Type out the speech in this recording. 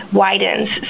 widens